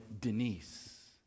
Denise